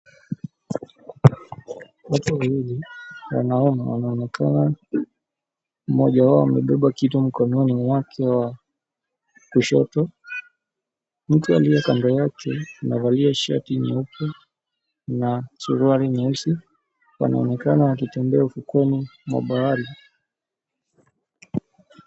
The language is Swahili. Watu wawili wanaume wanaonekana mmoja wao anaonekana akibeba kitu mkononi mwake wa kushoto. Mtu aliye kando yake amevalia shati nyeupe na suruali nyeusi wanaonekana wakitembea ufukweni mwa bahari.